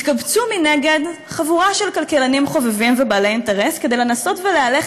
התקבצו מנגד חבורה של כלכלנים חובבים ובעלי אינטרס כדי לנסות ולהלך